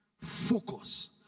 Focus